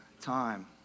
time